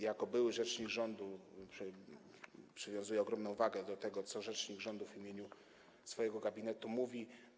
Jako były rzecznik rządu przywiązuję ogromną wagę do tego, co rzecznik rządu w imieniu swojego gabinetu mówi.